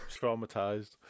Traumatized